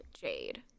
Jade